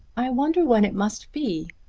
i wonder when it must be?